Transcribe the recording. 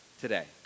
today